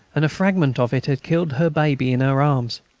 and a fragment of it had killed her baby in her arms.